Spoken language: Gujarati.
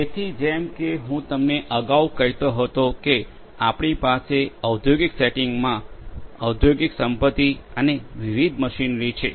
તેથી જેમ કે હું તમને અગાઉ કહેતો હતો કે આપણી પાસે ઔદ્યોગિક સેટિંગમાં ઔદ્યોગિક સંપત્તિ અને વિવિધ મશીનરી છે